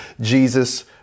Jesus